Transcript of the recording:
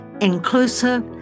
inclusive